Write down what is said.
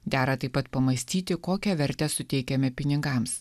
dera taip pat pamąstyti kokią vertę suteikiame pinigams